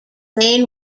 main